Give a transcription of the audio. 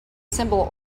symbol